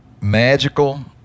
magical